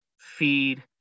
feed